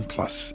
Plus